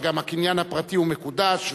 וגם הקניין הפרטי הוא מקודש,